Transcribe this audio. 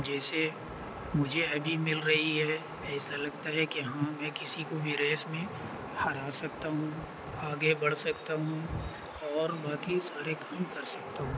جیسے مجھے ابھی مل رہی ہے ایسا لگتا ہے کہ ہاں میں کسی کو بھیرییس میں ہرا سکتا ہوں آگے بڑھ سکتا ہوں اور باقی سارے کام کر سکتا ہوں